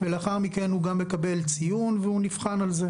לאחר מכן הוא גם מקבל ציון והוא נבחן על זה.